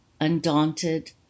undaunted